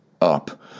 up